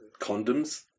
condoms